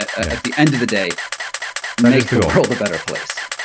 at at the end of the day make the world a better place